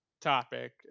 topic